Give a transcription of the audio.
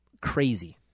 crazy